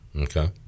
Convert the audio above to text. Okay